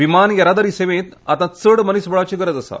विमान येरादारी सेवेंत आता चड मनिसबळाची गरज आसा